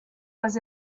was